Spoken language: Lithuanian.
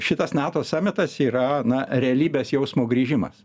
šitas nato samitas yra na realybės jausmo grįžimas